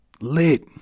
lit